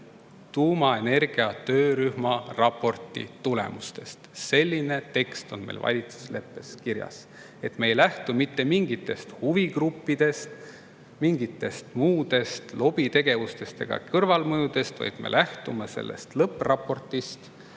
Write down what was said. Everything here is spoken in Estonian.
tuumaenergia töörühma raporti tulemustest. Selline tekst on meil valitsusleppes kirjas. Me ei lähtu mitte mingitest huvigruppidest, mingitest muudest lobitegevustest ega kõrvalmõjudest, vaid me lähtume sellest lõppraportist,